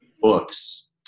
books